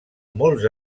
molts